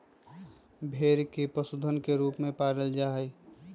भेड़ के पशुधन के रूप में पालल जा हई